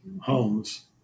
homes